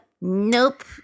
Nope